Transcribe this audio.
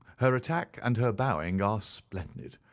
her attack and her bowing are splendid.